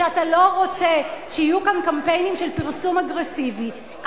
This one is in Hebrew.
שאתה לא רוצה שיהיו כאן קמפיינים של פרסום אגרסיבי,